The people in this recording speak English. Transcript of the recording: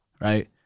right